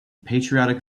patriotic